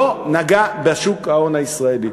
לא נגע בשוק ההון הישראלי.